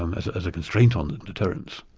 um as as a constraint on deterrence.